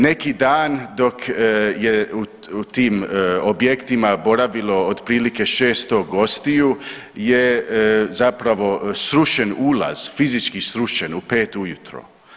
Neki dan dok je u tim objektima boravilo otprilike 600 gostiju je zapravo srušen ulaz, fizički srušen u 5 ujutro.